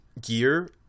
gear